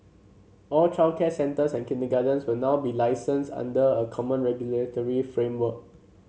all childcare centres and kindergartens will now be licensed under a common regulatory framework